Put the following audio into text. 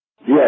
Yes